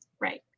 Right